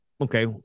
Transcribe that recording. okay